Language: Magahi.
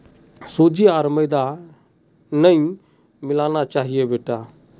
सूजी आर मैदा नई मिलाना चाहिए बेटा